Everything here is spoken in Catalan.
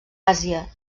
àsia